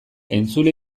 entzule